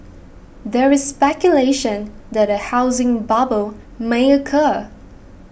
there is speculation that a housing bubble may occur